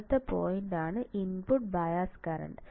അടുത്ത പോയിൻറ് ആണ് input bias current